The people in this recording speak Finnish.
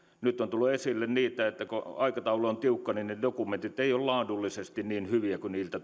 nyt on tullut esille että kun aikataulu on tiukka niin ne dokumentit eivät ole laadullisesti niin hyviä kuin niiltä